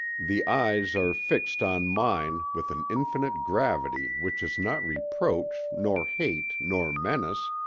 the eyes are fixed on mine with an infinite gravity which is not reproach, nor hate, nor menace,